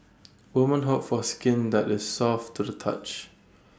woman hope for skin that is soft to the touch